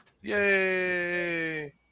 Yay